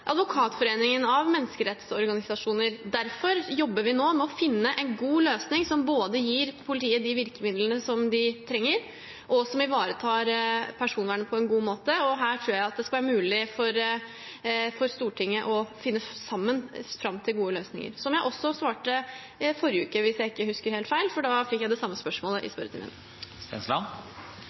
Advokatforeningen og menneskerettsorganisasjoner. Derfor jobber vi nå med å finne en god løsning som både gir politiet de virkemidlene de trenger, og som ivaretar personvernet på en god måte. Her tror jeg det skal være mulig for Stortinget sammen å finne fram til gode løsninger. Det svarte jeg også i forrige uke, hvis jeg ikke husker helt feil, for da fikk jeg det samme spørsmålet i spørretimen.